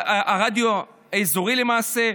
הרדיו האזורי, למעשה,